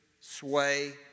sway